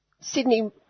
Sydney